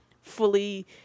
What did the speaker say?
fully